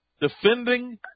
defending